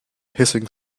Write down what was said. hissing